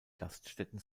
gaststätten